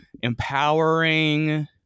empowering